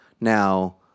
now